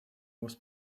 was